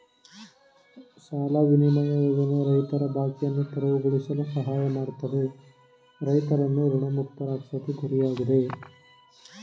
ಸಾಲ ವಿನಿಮಯ ಯೋಜನೆ ರೈತರ ಬಾಕಿಯನ್ನು ತೆರವುಗೊಳಿಸಲು ಸಹಾಯ ಮಾಡ್ತದೆ ರೈತರನ್ನು ಋಣಮುಕ್ತರಾಗ್ಸೋದು ಗುರಿಯಾಗಿದೆ